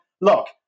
look